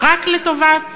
רק לטובת